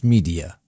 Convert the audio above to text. Media